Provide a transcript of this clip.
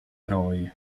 eroi